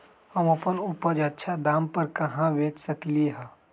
हम अपन उपज अच्छा दाम पर कहाँ बेच सकीले ह?